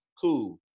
cool